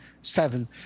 seven